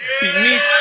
beneath